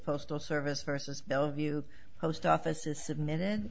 postal service versus bellevue post office is submitted